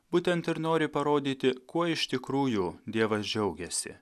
būtent ir nori parodyti kuo iš tikrųjų dievas džiaugiasi